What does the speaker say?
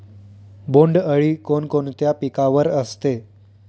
बोंडअळी कोणकोणत्या पिकावर असते?